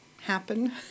happen